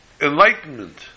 enlightenment